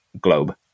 globe